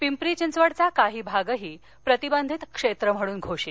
पिंपरी चिंचवडचा काही भागही प्रतिबंधित क्षमिहणून घोषित